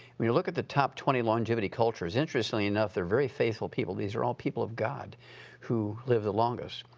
when you look at the top twenty longevity cultures, interestingly enough they're very faithful people. these are all people of god who live the longest,